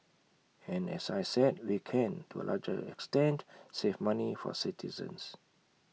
and as I said we can to A large extent save money for citizens